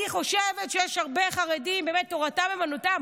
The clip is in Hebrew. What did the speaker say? אני חושבת שיש הרבה חרדים שבאמת תורתם אומנותם,